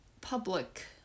public